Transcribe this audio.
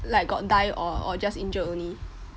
like got die or or just injured only